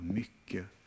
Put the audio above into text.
mycket